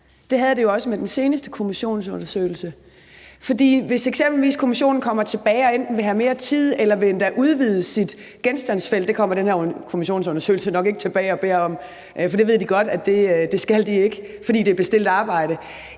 Det havde det jo også med den seneste kommissionsundersøgelse. Hvis eksempelvis kommissionen kommer tilbage og enten vil have mere tid eller måske endda udvide sit genstandsfelt – det kommer den her kommission nok ikke tilbage og beder om, for det ved den godt den ikke skal, fordi det er bestilt arbejde